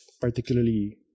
particularly